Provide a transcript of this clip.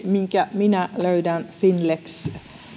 minkä minä löydän finlex